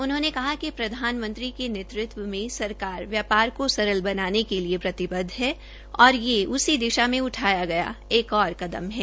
उन्होंने कहा कि प्रधानमंत्री के नेतृत्व में सरकार व्यापार को सरल बनाने के लिए प्रतिबद्व है और यह उसी दिशा में उठाया गया एक और कदम है